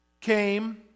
came